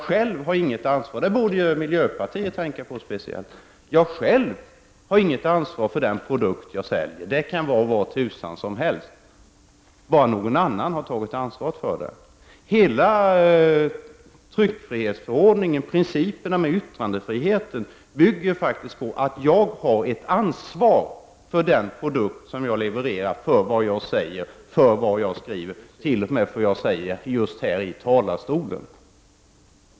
Själv har man — detta borde miljöpartiet tänka på speciellt — inget ansvar för den produkt som man säljer. Det kan vara vad tusan som helst, bara någon annan har ansvaret för det. Hela 18 tryckfrihetsförordningen, principen om yttrandefriheten, bygger faktiskt på att jag har ett ansvar för den produkt som jag levererar, för vad jag säger, för vad jag skriver och t.o.m. för det jag just nu säger här i talarstolen.